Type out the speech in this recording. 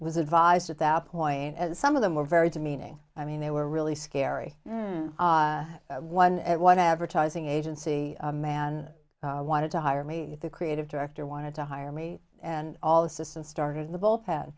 was advised at that point and some of them were very demeaning i mean they were really scary one at one advertising agency man wanted to hire me the creative director wanted to hire me and all the system started